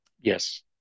Yes